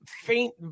faint